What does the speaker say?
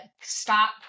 stop